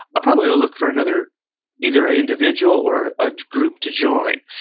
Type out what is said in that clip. i probably will look for another either individual or a group to join.